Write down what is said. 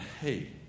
hey